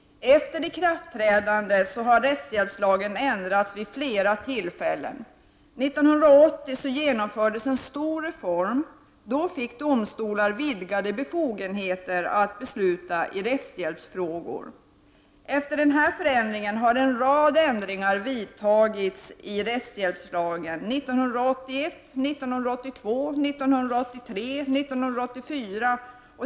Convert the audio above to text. Efter ikraftträdandet har rättshjälpslagen ändrats vid flera tillfällen. 1980 genomfördes en stor reform. Då fick domstolar vidgade befogenheter att besluta i rättshjälpsfrågor. Och därefter har en rad ändringar vidtagits i rättshjälpslagen: 1981, 1982, 1983 och 1984.